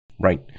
Right